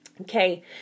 Okay